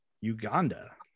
Uganda